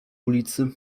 ulicy